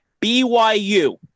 BYU